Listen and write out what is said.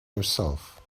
yourself